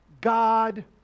God